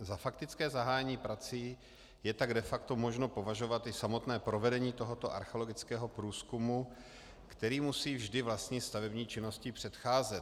Za faktické zahájení prací je tak de facto možno opovažovat i samotné provedení tohoto archeologického průzkumu, který musí vždy vlastní stavební činnosti předcházet.